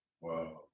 Wow